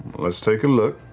let's take a look.